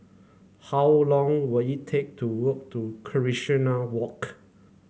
how long will it take to walk to Casuarina Walk